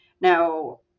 Now